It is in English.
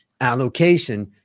allocation